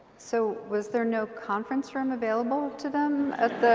so was there no conference room available to them at